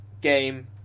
game